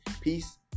peace